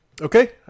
Okay